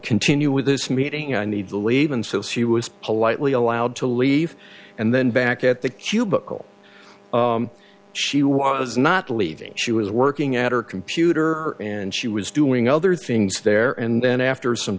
continue with this meeting i need to leave and so she was politely allowed to leave and then back at the cubicle she was not leaving she was working at her computer and she was doing other things there and then after some